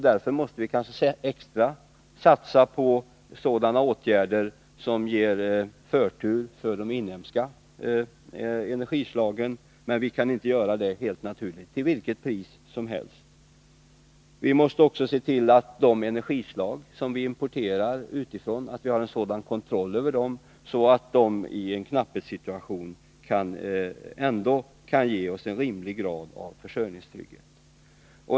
Därför måste vi kanske extra mycket satsa på sådana åtgärder som ger förtur åt de inhemska energislagen. Men vi kan, helt naturligt, inte göra det till vilket pris som helst. Vi måste också ha en sådan kontroll över de energislag som vi importerar att de i en knapphetssituation ändå kan ge oss en rimlig grad av försörjningstrygghet.